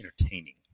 entertaining